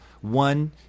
one